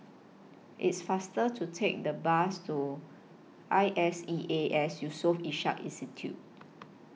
It's faster to Take The Bus to I S E A S Yusof Ishak Institute